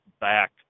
back